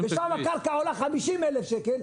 -- ושם הקרקע עולה 50,000 שקל,